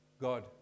God